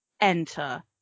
enter